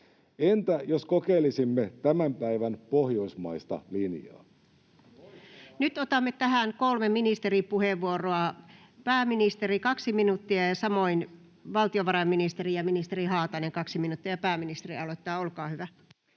esityksistä Time: 15:26 Content: Nyt otamme tähän kolme ministeripuheenvuoroa: pääministeri, 2 minuuttia, ja samoin valtiovarainministeri ja ministeri Haatainen, 2 minuuttia. — Ja pääministeri aloittaa, olkaa hyvä.